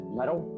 metal